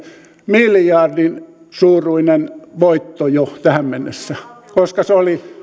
miljardin suuruinen voitto jo tähän mennessä koska se oli